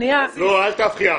אל תפריע.